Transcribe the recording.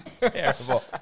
Terrible